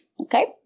Okay